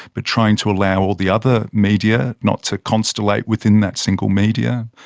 but trying to allow all the other media not to constellate within that single media.